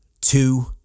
two